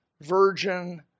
virgin